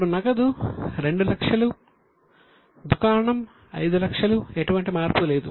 ఇప్పుడు నగదు 200000 దుకాణం 500000 ఎటువంటి మార్పు లేదు